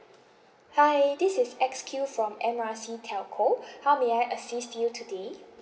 hi this is X Q from M R C telco how may I assist you today